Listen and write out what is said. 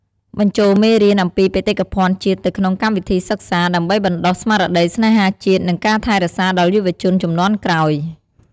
បញ្ចូលមេរៀនអំពីបេតិកភណ្ឌជាតិទៅក្នុងកម្មវិធីសិក្សា ដើម្បីបណ្ដុះស្មារតីស្នេហាជាតិ និងការថែរក្សាដល់យុវជនជំនាន់ក្រោយ។